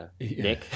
Nick